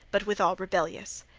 but withal rebellious.